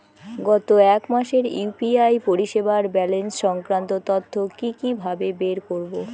গত এক মাসের ইউ.পি.আই পরিষেবার ব্যালান্স সংক্রান্ত তথ্য কি কিভাবে বের করব?